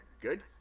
good